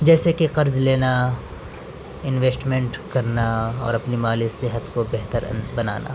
جیسے کہ قرض لینا انویسٹمنٹ کرنا اور اپنے مالی صحت کو بہتر بنانا